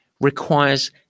requires